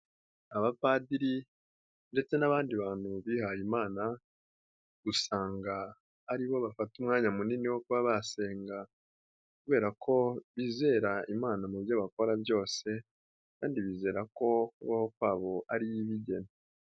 Abapadiri ndetse n'abandi bantu bihaye imana usanga ari bo bafata umwanya munini wo kuba basenga kubera ko bizera Imana mu byo bakora byose kandi bizera ko kubaho kwabo ari yo ibigena.